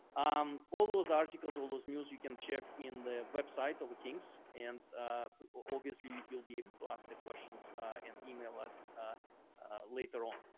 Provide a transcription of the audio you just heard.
um all those articles, all those news you can check in the website over king's and obviously you'll be able to ask the questions and email us later on.